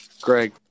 Greg